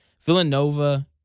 Villanova